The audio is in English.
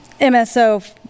MSO